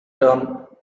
term